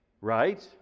Right